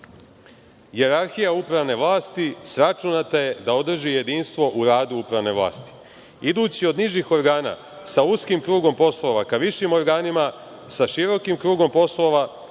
Hijerarhija upravne vlasti sračunata je da održi jedinstvo u radu upravne vlasti. Idući od nižih organa sa uskim krugom poslova ka višim organima sa širim krugom poslova